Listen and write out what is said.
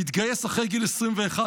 הוא התגייס אחרי גיל 21,